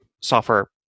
software